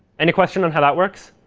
any questions on how that works?